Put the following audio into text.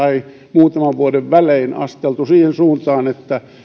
muutaman vuoden välein asteltu siihen suuntaan että